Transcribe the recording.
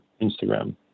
Instagram